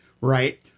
right